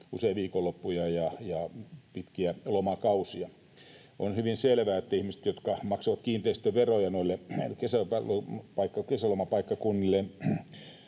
usein viikonloppuja ja pitkiä lomakausia. On hyvin selvää, että ihmiset, jotka maksavat kiinteistöveroja noille kesälomapaikkakunnilleen,